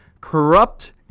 corrupt